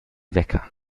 wecker